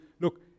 look